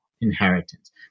Inheritance